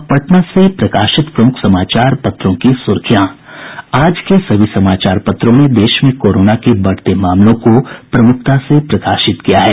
अब पटना से प्रकाशित प्रमुख समाचार पत्रों की सुर्खियां आज के सभी समाचार पत्रों ने देश में कोरोना के बढ़ते मामलों को प्रमुखता से प्रकाशित किया है